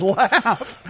laugh